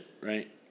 right